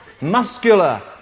muscular